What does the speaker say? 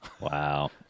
wow